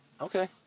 Okay